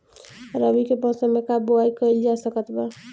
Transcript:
रवि के मौसम में का बोआई कईल जा सकत बा?